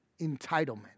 entitlement